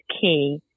key